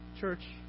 Church